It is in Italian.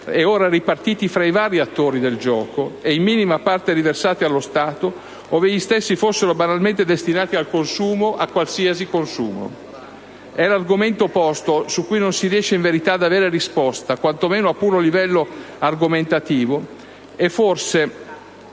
gioco, ripartiti tra i vari attori del gioco, in minima parte riversati allo Stato, ove gli stessi fossero banalmente destinati al consumo, a qualsiasi consumo. È argomento posto, su cui non si riesce in verità ad avere risposta, quantomeno a puro livello argomentativo, e forse